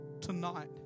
tonight